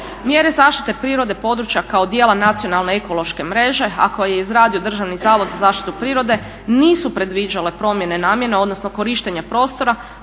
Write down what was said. Mjere zaštite prirode područja kao dijela nacionalne, ekološke mreže, a koje je izradio Državni zavod za zaštitu prirode nisu predviđale promjene namjene, odnosno korištenje prostora